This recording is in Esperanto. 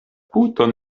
puton